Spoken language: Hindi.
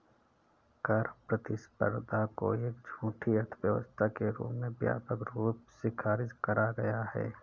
कर प्रतिस्पर्धा को एक झूठी अर्थव्यवस्था के रूप में व्यापक रूप से खारिज करा गया है